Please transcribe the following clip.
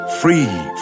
free